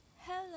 Hello